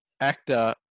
actor